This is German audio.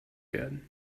werden